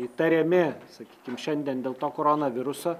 įtariami sakykim šiandien dėl to koronaviruso